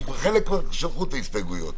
חלק כבר שלחו את ההסתייגויות.